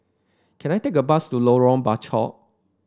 can I take a bus to Lorong Bachok